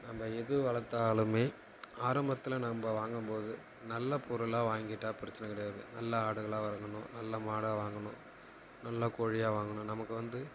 நம்ப எது வளர்த்தாலுமே ஆரம்பத்தில் நம்ப வாங்கும்போது நல்ல பொருளாக வாங்கிட்டால் பிரச்சினை கிடையாது நல்ல ஆடுகளாக வரவாங்கணும் நல்ல மாடாக வாங்கணும் நல்ல கோழியாக வாங்கணும் நமக்கு வந்து